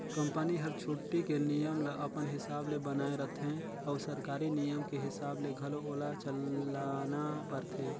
company हर छुट्टी के नियम ल अपन हिसाब ले बनायें रथें अउ सरकारी नियम के हिसाब ले घलो ओला चलना परथे